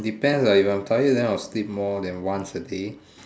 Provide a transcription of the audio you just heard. depends when I'm tired then I'll sleep more than once a day